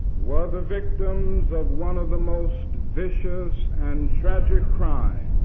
were the victims of one of the most vicious and tragic crimes